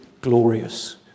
glorious